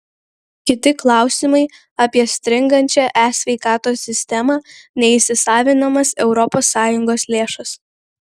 kiti klausimai apie stringančią e sveikatos sistemą neįsisavinamas europos sąjungos lėšas